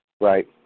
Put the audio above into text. Right